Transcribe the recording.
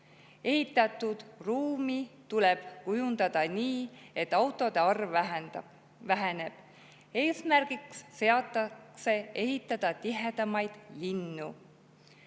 Ehitatud ruumi tuleb kujundada nii, et autode arv väheneb. Eesmärgiks seatakse ehitada tihedamaid linnu,